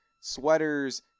sweaters